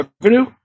Revenue